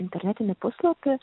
internetinį puslapį